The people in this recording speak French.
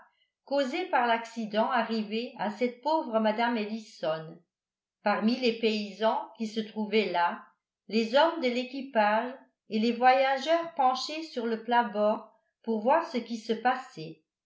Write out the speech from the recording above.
causé par l'accident arrivé à cette pauvre mme ellison parmi les paysans qui se trouvait là les hommes de l'équipage et les voyageurs penchés sur le plat-bord pour voir ce qui se passait